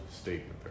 statement